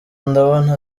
ndabona